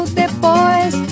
depois